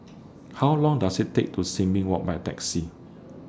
How Long Does IT Take to Sin Ming Walk By Taxi